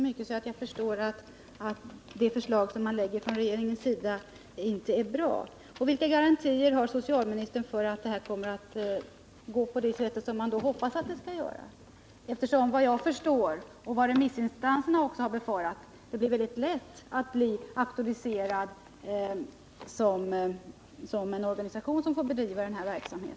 Herr talman! Jag har trängt in i materialet så mycket att jag förstår att regeringens förslag inte är bra. Vilka garantier har socialministern för att det kommer att gå på det sätt som man hoppas? Efter vad jag förstår — och det har remissinstanserna också befarat — blir det ju väldigt lätt att bli auktoriserad som en organisation som får bedriva sådan här verksamhet.